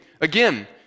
Again